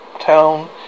town